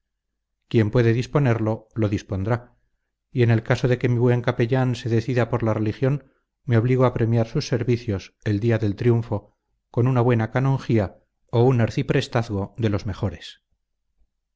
quien puede disponerlo lo dispondrá y en el caso de que mi buen capellán se decida por la religión me obligo a premiar sus servicios el día del triunfo con una buena canonjía o un arciprestazgo de los mejores